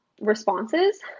responses